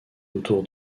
autour